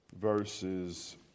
verses